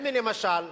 הנה, למשל,